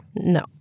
No